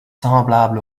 semblable